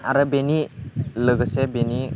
आरो बेनि लोगोसे बेनि